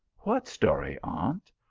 what story, aunt?